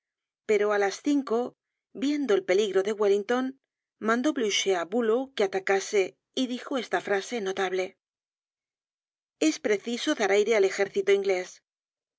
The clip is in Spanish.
pero á las cinco viendo el peligro de wellington mandó blucher á bulow que atacase y dijo esta frase notable es preciso dar aire al ejército inglés